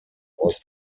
was